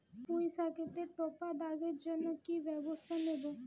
পুই শাকেতে টপা দাগের জন্য কি ব্যবস্থা নেব?